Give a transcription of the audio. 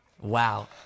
Wow